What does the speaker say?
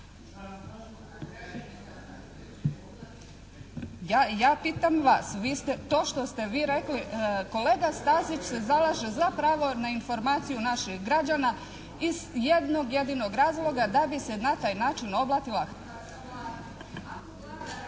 Ja pitam vas, vi ste to što ste vi rekli. Kolega Stazić se zalaže za pravo na informaciju naših građana iz jednog jedinog razloga da bi se na taj način oblatila …